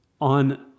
on